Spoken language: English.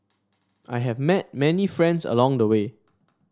I have met many friends along the way